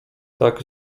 tak